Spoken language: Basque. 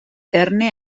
erne